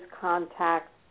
contacts